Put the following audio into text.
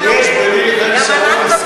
אה, את רואה איך אני מעביר את זה פה.